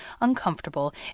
uncomfortable